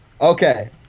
okay